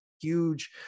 huge